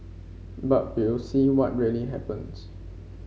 but we'll see what really happens